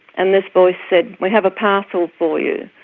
and this voice said, we have a parcel for you.